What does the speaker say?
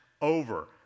over